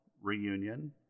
reunion